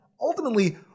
Ultimately